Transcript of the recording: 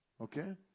okay